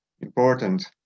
important